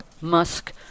Musk